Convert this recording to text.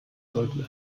sollten